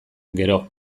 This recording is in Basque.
gero